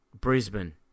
Brisbane